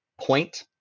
point